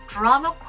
Drama